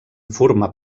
formar